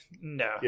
No